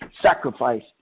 sacrifice